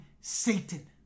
Satan